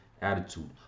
attitude